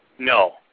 No